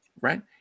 right